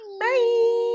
Bye